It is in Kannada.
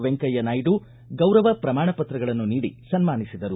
ವೆಂಕಯ್ಕ ನಾಯ್ಡು ಗೌರವ ಪ್ರಮಾಣ ಪತ್ರಗಳನ್ನು ನೀಡಿ ಸನ್ಮಾನಿಸಿದರು